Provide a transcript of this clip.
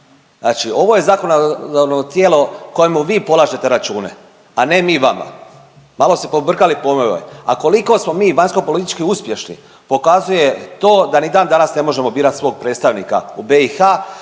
Znači ovo je zakonodavno tijelo kojemu vi polažete račune, a ne mi vama. Malo ste pobrkali pojmove. A koliko smo mi vanjsko-politički uspješni pokazuje to da ni dan danas ne možemo birati svog predstavnika u BiH,